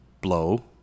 Blow